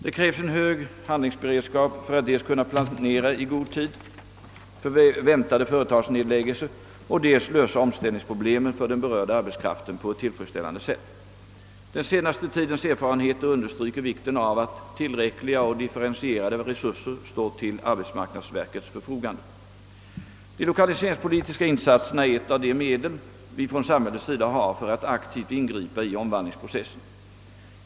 Det krävs en hög handlingsberedskap för att dels kunna planera i god tid för väntade företagsnedläggelser och dels lösa omställningsproblemen för den berörda arbetskraften på ett tillfredsställande sätt. Den senaste tidens erfarenheter understryker vikten av att tillräckliga och differentierade resurser står till arbetsmarknadsverkets förfogande, De lokaliseringspolitiska insatserna är ett av de medel vi från samhällets sida har för att aktivt ingripa i omvandlingsprocessen.